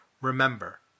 Remember